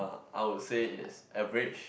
I would say yes average